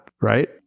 right